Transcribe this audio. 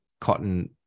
cotton